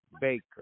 Baker